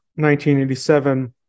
1987